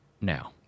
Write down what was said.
now